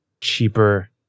cheaper